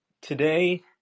today